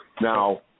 Now